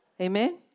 Amen